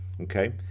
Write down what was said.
okay